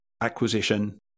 acquisition